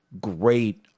Great